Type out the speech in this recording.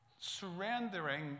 surrendering